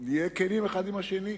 נהיה כנים אחד עם השני.